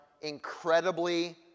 incredibly